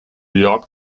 york